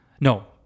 No